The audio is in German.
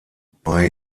bei